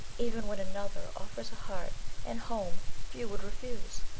even when another offers a heart and home few would refuse.